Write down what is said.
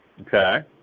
Okay